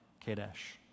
Kadesh